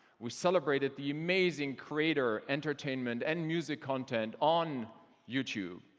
we celebrated the amazing creator, entertainment and music content on youtube,